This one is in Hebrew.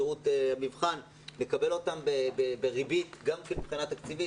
שירות המבחן - נקבל אותו בריבית דריבית.